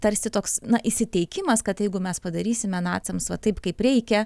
tarsi toks na įsiteikimas kad jeigu mes padarysime naciams va taip kaip reikia